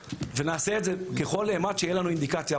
ונעשה את זה ככל האמת שיהיה לנו אינדיקציה,